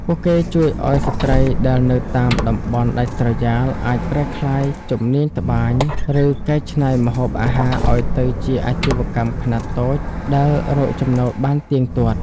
ពួកគេជួយឱ្យស្រ្តីដែលនៅតាមតំបន់ដាច់ស្រយាល អាចប្រែក្លាយជំនាញត្បាញ ឬកែច្នៃម្ហូបអាហារឱ្យទៅជាអាជីវកម្មខ្នាតតូចដែលរកចំណូលបានទៀងទាត់។